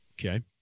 Okay